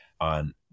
On